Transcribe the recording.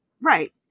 right